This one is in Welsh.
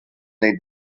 wnei